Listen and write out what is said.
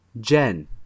Jen